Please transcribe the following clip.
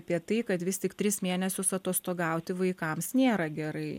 apie tai kad vis tik tris mėnesius atostogauti vaikams nėra gerai